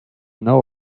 know